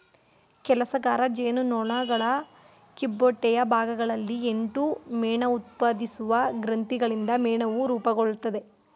ಕೆಲಸಗಾರ ಜೇನುನೊಣಗಳ ಕಿಬ್ಬೊಟ್ಟೆಯ ಭಾಗಗಳಲ್ಲಿ ಎಂಟು ಮೇಣಉತ್ಪಾದಿಸುವ ಗ್ರಂಥಿಗಳಿಂದ ಮೇಣವು ರೂಪುಗೊಳ್ತದೆ